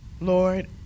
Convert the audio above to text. lord